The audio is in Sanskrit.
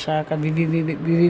शाकाः